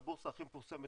והבורסה הכי מפורסמת,